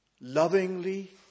lovingly